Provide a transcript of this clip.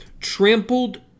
trampled